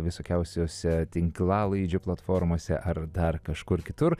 visokiausiose tinklalaidžių platformose ar dar kažkur kitur